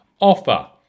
offer